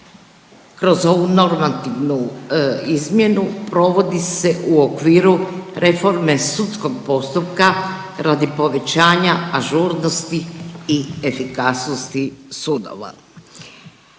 kroz ovu normativnu izmjenu provodi se u okviru reforme sudskog postupka radi povećanja ažurnosti i efikasnosti sudova.